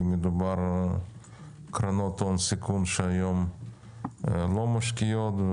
כי מדובר על קרנות הון סיכון שהיום לא משקיעות,